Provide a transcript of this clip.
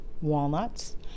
walnuts